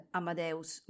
Amadeus